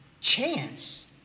Chance